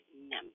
number